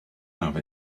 have